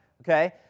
okay